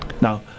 Now